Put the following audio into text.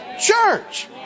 church